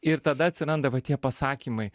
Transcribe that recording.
ir tada atsiranda va tie pasakymai